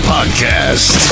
Podcast